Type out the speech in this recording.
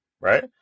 Right